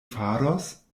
faros